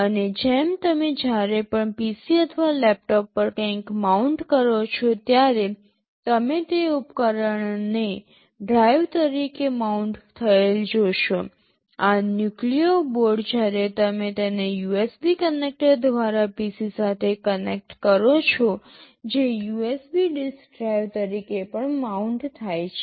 અને જેમ તમે જ્યારે પણ PC અથવા લેપટોપ પર કંઈક માઉન્ટ કરો છો ત્યારે તમે તે ઉપકરણને ડ્રાઇવ તરીકે માઉન્ટ થયેલ જોશો આ ન્યૂક્લિયો બોર્ડ જ્યારે તમે તેને USB કનેક્ટર દ્વારા PC સાથે કનેક્ટ કરો છો જે USB ડિસ્ક ડ્રાઇવ તરીકે પણ માઉન્ટ થાય છે